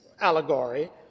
allegory